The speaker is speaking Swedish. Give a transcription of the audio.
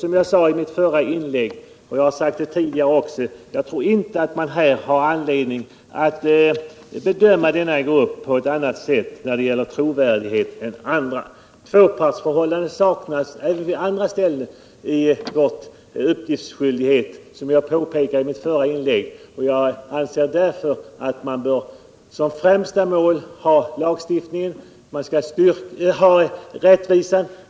Som jag sade i mitt förra inlägg — jag har sagt det även tidigare — Nr 56 tror jag inte att man har anledning att bedöma denna grupp på annat Lördagen den sätt än andra när det gäller trovärdigheten. Tvåpartsförhållanden saknas, — 17 december 1977 som jag påpekade i mitt förra inlägg, även i andra sammanhang vid uppgiftsskyldighet. Jag anser att vi som främsta mål för lagstiftningen — De mindre och skall ha rättvisa.